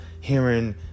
hearing